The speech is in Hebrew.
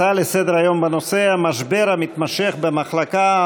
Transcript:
הצעות לסדר-היום בנושא: המשבר המתמשך במחלקה